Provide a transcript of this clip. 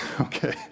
Okay